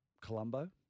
Colombo